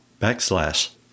backslash